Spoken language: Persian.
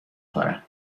کارم